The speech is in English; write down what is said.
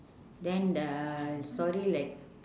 then the story like